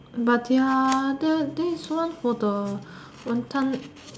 but the other this one for the wanton